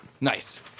Nice